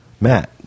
Matt